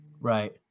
Right